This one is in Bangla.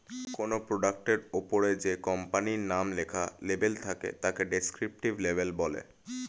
কোনো প্রোডাক্টের ওপরে যে কোম্পানির নাম লেখা লেবেল থাকে তাকে ডেসক্রিপটিভ লেবেল বলে